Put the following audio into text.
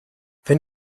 wenn